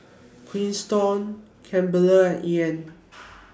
Quinton Kimber and Ean